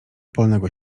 polnego